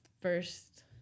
first